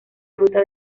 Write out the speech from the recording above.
gruta